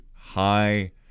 high